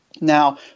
Now